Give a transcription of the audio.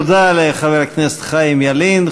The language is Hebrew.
תודה לחבר הכנסת חיים ילין.